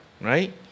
right